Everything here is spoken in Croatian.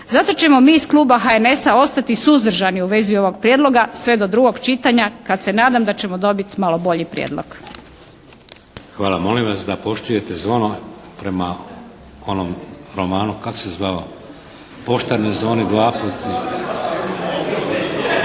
Zato ćemo mi iz kluba HNS-a ostati suzdržani u vezi ovog Prijedloga sve do drugog čitanja kad se nadam da ćemo dobiti malo bolji prijedlog. **Šeks, Vladimir (HDZ)** Hvala. Molim vas da poštujete zvono prema onom amandmanu kako se zvao? Poštar ne zvoni dvaput.